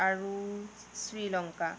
আৰু শ্ৰীলংকা